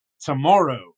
tomorrow